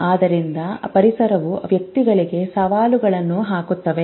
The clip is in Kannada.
ಆದ್ದರಿಂದ ಪರಿಸರವು ವ್ಯಕ್ತಿಗಳಿಗೆ ಸವಾಲುಗಳನ್ನು ಹಾಕುತ್ತದೆ